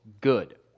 good